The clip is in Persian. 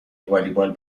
والیبال